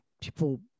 people